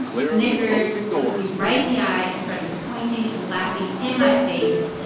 snickered, looked me right in the eye and started pointing and laughing in my face.